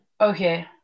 Okay